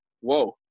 whoa